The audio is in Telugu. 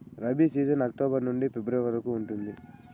రబీ సీజన్ అక్టోబర్ నుండి ఫిబ్రవరి వరకు ఉంటుంది